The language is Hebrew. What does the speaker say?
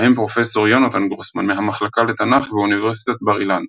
בהם פרופ' יונתן גרוסמן מהמחלקה לתנ"ך באוניברסיטת בר-אילן.